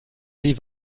sie